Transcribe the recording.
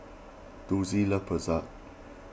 Dulcie loves Pretzel